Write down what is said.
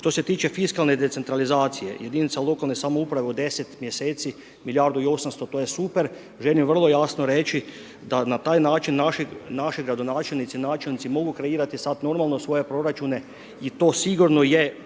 Što se tiče fiskalne decentralizacije jedinica lokalne samouprave od 10 mjeseci milijardu i 800 to je super, želim vrlo jasno reći da na taj način naši gradonačelnici, načelnici mogu kreirat sad normalno svoje proračune i to sigurno je